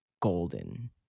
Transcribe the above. golden